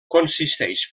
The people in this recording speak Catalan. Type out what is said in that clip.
consisteix